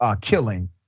killing